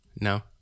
No